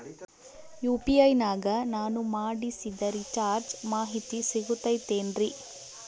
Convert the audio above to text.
UPI ನಾಗ ನಾನು ಮಾಡಿಸಿದ ರಿಚಾರ್ಜ್ ಮಾಹಿತಿ ಸಿಗುತೈತೇನ್ರಿ?